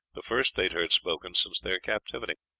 the first they had heard spoken since their captivity.